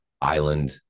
island